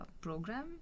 program